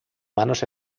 manos